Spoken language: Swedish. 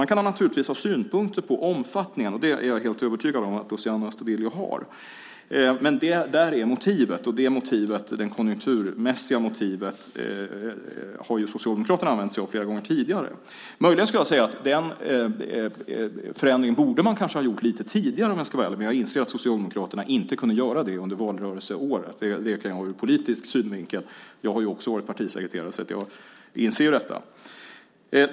Man kan naturligtvis ha synpunkter på omfattningen, och det är jag övertygad om att Luciano Astudillo har, men där är motivet, och det konjunkturmässiga motivet har ju Socialdemokraterna använt sig av flera gånger tidigare. Möjligen skulle jag säga att man kanske borde ha gjort den förändringen lite tidigare, om jag ska vara ärlig, men jag inser att Socialdemokraterna inte kunde göra det under valrörelseåret. Det kan jag förstå ur politisk synvinkel. Jag har ju också varit partisekreterare, så jag inser detta.